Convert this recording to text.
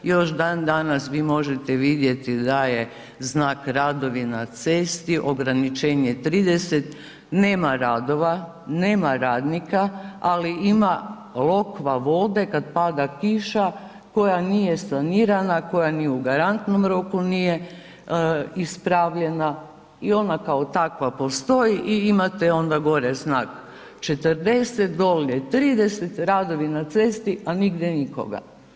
Još dan danas vi možete vidjeti da je znak radovi na cesti ograničenje 30, nema radova, nema radnika ali ima lokva vode kada pada kiša koja nije sanirana, koja ni u garantnom roku nije ispravljena i ona kao takva postoji i imate onda gore znak 40, dolje 30, radovi na cesti a nigdje nikoga.